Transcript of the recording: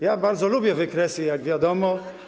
Ja bardzo lubię wykresy, jak wiadomo.